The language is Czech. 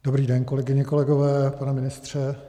Dobrý den, kolegyně, kolegové, pane ministře.